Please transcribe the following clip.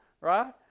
right